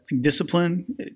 discipline